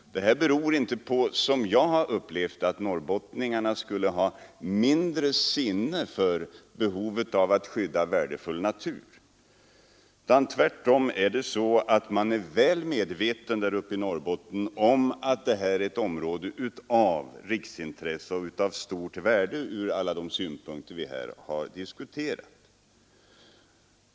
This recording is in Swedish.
Denna förvåning beror inte på, som jag upplevt det, att norrbottningarna skulle ha mindre sinne för behovet av att skydda värdefull natur, utan tvärtom är man uppe i Norrbotten väl medveten om att det är fråga om ett område av riksintresse och av stort värde från alla de synpunkter vi här har diskuterat.